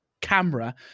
camera